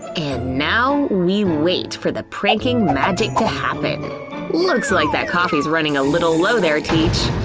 and now we wait for the pranking magic to happen looks like that coffee's running a little low there teach